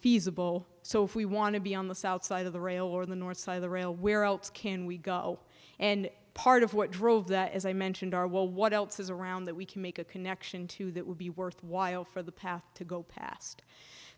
feasible so if we want to be on the south side of the rail or the north side of the rail where else can we go and part of what drove that as i mentioned are well what else is around that we can make a connection to that would be worthwhile for the path to go past